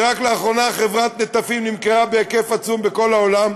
רק לאחרונה חברת נטפים נמכרה בהיקף עצום בכל העולם,